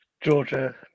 Georgia